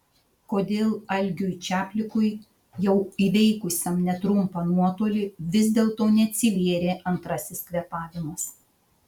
kodėl algiui čaplikui jau įveikusiam netrumpą nuotolį vis dėlto neatsivėrė antrasis kvėpavimas